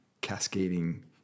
cascading